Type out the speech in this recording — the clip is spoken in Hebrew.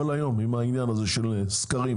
כל היום בעניין הזה של סקרים.